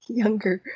younger